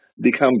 become